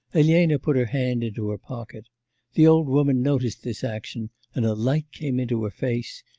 elena put her hand into her pocket the old woman noticed this action and a light came into her face,